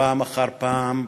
פעם אחר פעם,